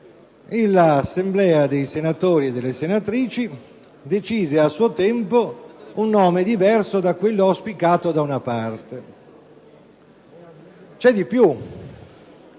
L'Assemblea dei senatori e delle senatrici decise a suo tempo un nome diverso da quello auspicato da una parte. C'è di più.